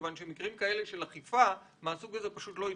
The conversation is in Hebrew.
כי מקרים כאלה של אכיפה מהסוג הזה פשוט לא התרחשו.